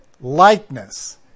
Likeness